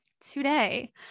today